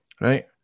right